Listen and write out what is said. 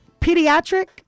pediatric